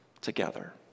together